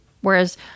whereas